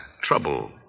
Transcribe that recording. Trouble